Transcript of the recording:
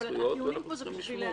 אבל הטיעונים פה הם בשביל לאזן.